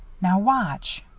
now watch.